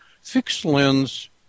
fixed-lens